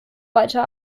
weiter